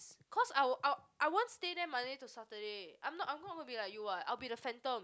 cause I would I I won't stay there Monday to Saturday I'm not I'm not gonna be like you what I will be the phantom